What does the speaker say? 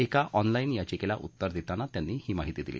एका ऑनलाईन याचिक्वि उत्तर दक्षिना त्यांनी ही माहिती दिली